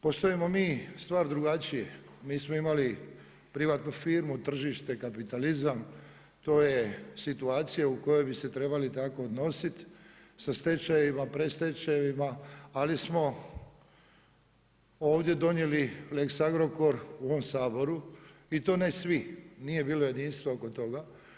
Postavimo mi stvar drugačije, mi smo imali privatnu firmu, tržište, kapitalizam, to je situacija u kojoj bi se trebali tako odnositi sa stečajevima, pred stečajevima, ali smo ovdje donijeli Lex Agrokor, u ovom Saboru i to ne svi, nije bilo jedinstvo oko toga.